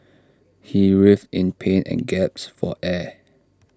he writhed in pain and gasped for air